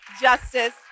Justice